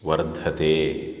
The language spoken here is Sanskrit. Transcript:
वर्धते